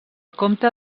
comte